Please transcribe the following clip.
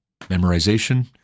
memorization